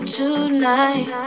tonight